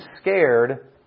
scared